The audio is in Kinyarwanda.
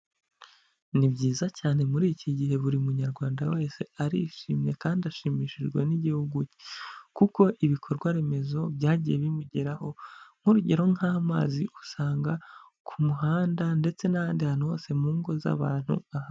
Ni byiza cyane muri iki gihe buri munyarwanda wese arishimye kandi ashimishijwe n'igihugu cye, kuko ibikorwa remezo byagiye bimugeraho nk'urugero, nk'amazi usanga ku muhanda ndetse n'ahandi hantu hose mu ngo z'abantu ahari.